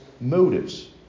motives